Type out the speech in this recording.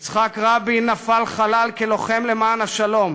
יצחק רבין נפל חלל כלוחם למען השלום,